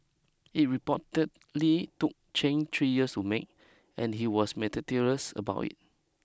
it reportedly took three years to make and he was generally about it